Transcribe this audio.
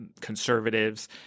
conservatives